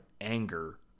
anger